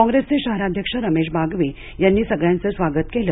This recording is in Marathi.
काँग्रेसचे शहराध्यक्ष रमेश बागवे यांनी सर्वांचं स्वागत केलं